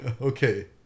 okay